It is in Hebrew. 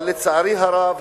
אבל לצערי הרב,